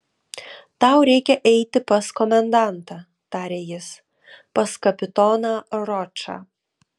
tau reikia eiti pas komendantą tarė jis pas kapitoną ročą